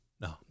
no